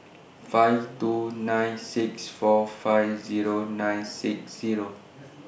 five two nine six four five Zero nine six Zero